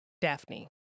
Daphne